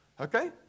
Okay